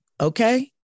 Okay